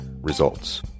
results